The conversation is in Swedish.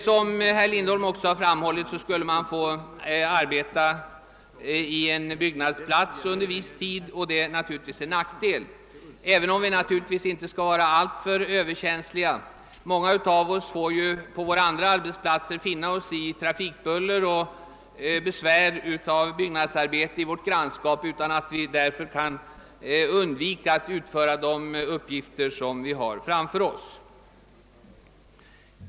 Som herr Lindholm framhållit skulle vi under viss tid få arbeta invid en byggnadsplats, och det är naturligtvis en nackdel även om vi inte skall vara överkänsliga — många av oss får på våra andra arbetsplatser finna oss i trafikbuller och besvär av byggnadsarbeten i vårt grannskap utan att vi därför kan underlåta att utföra våra arbetsuppgifter.